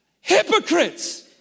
hypocrites